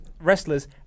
wrestlers